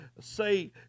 say